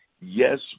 Yes